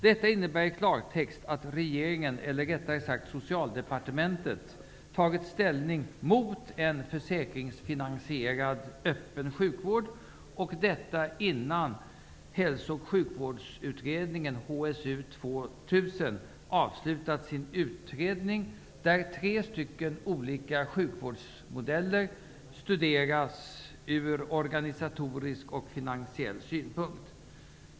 Detta innebär i klartext att regeringen -- eller rättare sagt Socialdepartementet -- tagit ställning mot en försäkringsfinansierad öppen sjukvård innan Hälso och sjukvårdsutredningen HSU 2000 avslutat sitt arbete, där tre olika sjukvårdsmodeller studeras från organisatorisk och finansiell synpunkt.